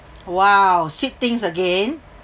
!wow! sweet things again